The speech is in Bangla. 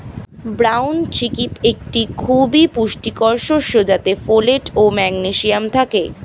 ব্রাউন চিক্পি একটি খুবই পুষ্টিকর শস্য যাতে ফোলেট ও ম্যাগনেসিয়াম থাকে